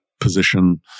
Position